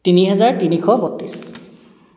তিনি হাজাৰ তিনিশ বত্ৰিছ